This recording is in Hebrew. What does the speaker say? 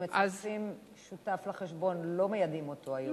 כשמוסיפים שותף לחשבון לא מיידעים אותו היום?